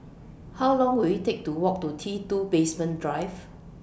How Long Will IT Take to Walk to T two Basement Drive